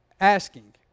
asking